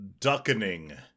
Duckening